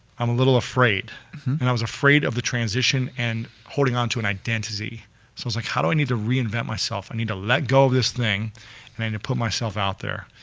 i'm a little afraid and i was afraid of the transition and holding onto an identity. so i was like, how do i need to reinvent myself? i need to let go of this thing and i need to put myself out there,